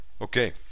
Okay